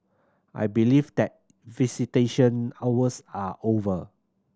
I believe that visitation hours are over